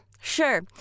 Sure